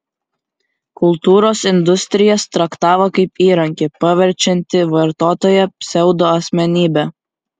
kultūros industrijas traktavo kaip įrankį paverčiantį vartotoją pseudoasmenybe